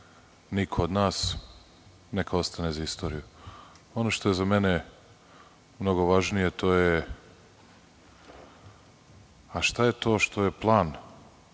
niko od nas. Neka ostane za istoriju. Ono što je za mene mnogo važnije to je – šta je to što je plan